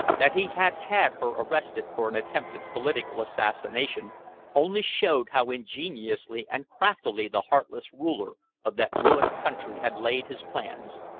that he had had her arrested for an attempted political assassination only showed how ingeniously and craftily the heartless ruler of that ruined country had laid his plans.